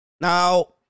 now